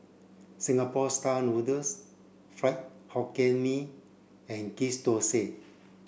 Singapore style noodles Fried Hokkien Mee and Ghee Thosai